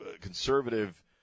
conservative